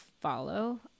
follow